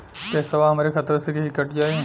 पेसावा हमरा खतवे से ही कट जाई?